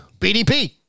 BDP